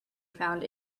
found